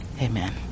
Amen